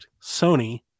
Sony